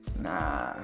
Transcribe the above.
Nah